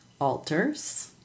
altars